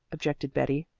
objected betty.